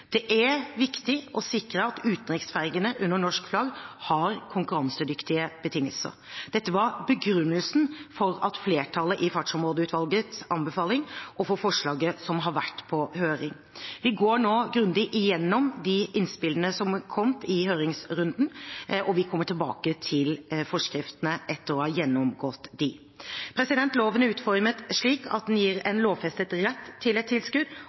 Det er viktig å sikre at utenriksfergene under norsk flagg har konkurransedyktige betingelser. Dette var begrunnelsen for flertallet i Fartsområdeutvalgets anbefaling og for forslaget som har vært på høring. Vi går nå grundig gjennom innspillene som er kommet i høringsrunden, og vi kommer tilbake til forskriftene etter å ha gjennomgått dem. Loven er utformet slik at den gir en lovfestet rett til et tilskudd.